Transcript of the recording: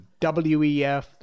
WEF